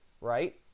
right